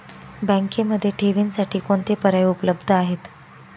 बँकेमध्ये ठेवींसाठी कोणते पर्याय उपलब्ध आहेत?